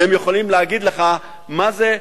והם יכולים להגיד לך מה זה.